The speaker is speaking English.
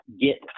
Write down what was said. get